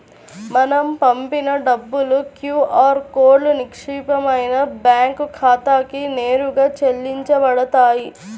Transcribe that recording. మనం పంపిన డబ్బులు క్యూ ఆర్ కోడ్లో నిక్షిప్తమైన బ్యేంకు ఖాతాకి నేరుగా చెల్లించబడతాయి